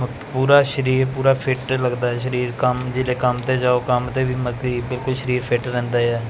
ਮਕ ਪੂਰਾ ਸਰੀਰ ਪੂਰਾ ਫਿੱਟ ਲੱਗਦਾ ਸਰੀਰ ਕੰਮ ਜਦੋਂ ਕੰਮ 'ਤੇ ਜਾਓ ਕੰਮ 'ਤੇ ਵੀ ਮਤਕੀ ਬਿਲਕੁਲ ਸਰੀਰ ਫਿੱਟ ਰਹਿੰਦਾ ਆ